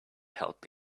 help